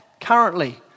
currently